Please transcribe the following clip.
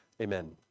Amen